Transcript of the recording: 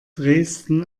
dresden